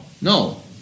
No